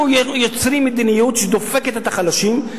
אנחנו יוצרים מדיניות שדופקת את החלשים,